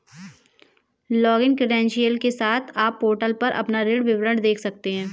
login credential के साथ, आप पोर्टल पर अपना ऋण विवरण देख सकते हैं